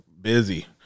busy